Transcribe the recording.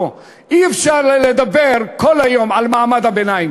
אי-אפשר לדבר כל היום על מעמד הביניים